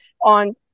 on